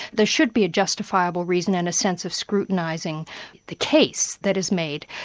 there should be a justifiable reason and a sense of scrutinising the case that is made,